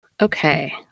okay